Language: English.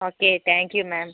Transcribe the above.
okay thank you ma'am